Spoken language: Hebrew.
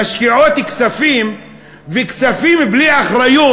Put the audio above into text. משקיעות כספים וכספים בלי אחריות,